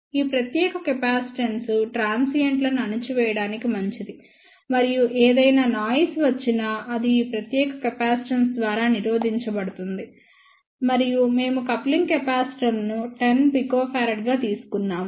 ఈ ప్రత్యేక కెపాసిటెన్స్ ట్రాన్సియెంట్లను అణచివేయడానికి మంచిది మరియు ఏదయినా నాయిస్ వచ్చినా అది ఈ ప్రత్యేక కెపాసిటెన్స్ ద్వారా నిరోధించబడుతుంది మరియు మేము కప్లింగ్ కెపాసిటర్లను 100 pF గా తీసుకున్నాము